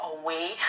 away